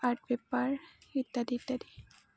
art paper ইত্যাদি ইত্যাদি